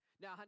Now